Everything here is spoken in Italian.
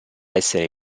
essere